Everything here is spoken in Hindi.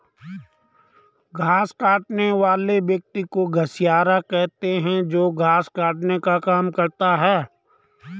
घास काटने वाले व्यक्ति को घसियारा कहते हैं जो घास काटने का काम करता है